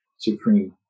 supreme